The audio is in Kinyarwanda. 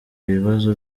ibibazo